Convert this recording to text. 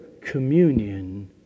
communion